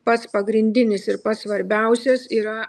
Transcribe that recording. pats pagrindinis ir pats svarbiausias yra